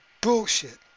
Bullshit